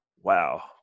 wow